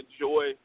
enjoy